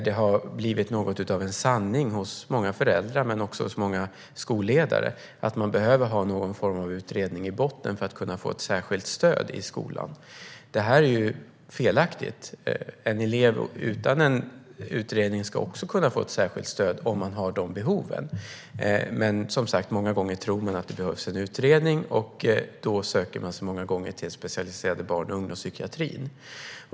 Det har blivit något av en sanning hos många föräldrar men också hos många skolledare att man behöver ha någon form av utredning i botten för att kunna få särskilt stöd i skolan. Det här är felaktigt. En elev utan utredning ska också kunna få särskilt stöd om den har behov av det. Men som sagt tror man många gånger att det behövs en utredning, och då söker man sig ofta till den specialiserade barn och ungdomspsykiatrin.